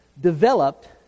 developed